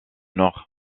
nord